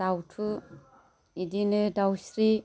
दावथु बिदिनो दावस्रि